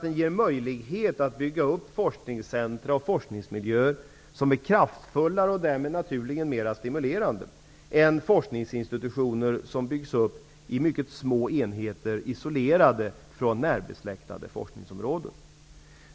Den ger möjlighet att bygga upp forskningscentra och forskningsmiljöer som är kraftfullare och därmed naturligen mera stimulerande än forskningsinstitutioner som byggs upp i mycket små enheter isolerade från närbesläktade forskningsområden.